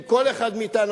אם כל אחד מאתנו,